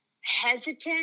hesitant